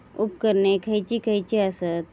उपकरणे खैयची खैयची आसत?